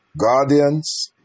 guardians